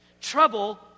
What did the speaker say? Trouble